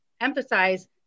emphasize